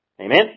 Amen